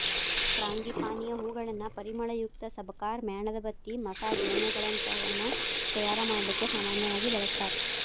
ಫ್ರಾಂಗಿಪಾನಿಯ ಹೂಗಳನ್ನ ಪರಿಮಳಯುಕ್ತ ಸಬಕಾರ್, ಮ್ಯಾಣದಬತ್ತಿ, ಮಸಾಜ್ ಎಣ್ಣೆಗಳಂತವನ್ನ ತಯಾರ್ ಮಾಡ್ಲಿಕ್ಕೆ ಸಾಮನ್ಯವಾಗಿ ಬಳಸ್ತಾರ